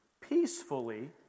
peacefully